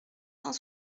cent